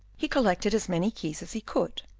he collected as many keys as he could,